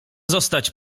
zostać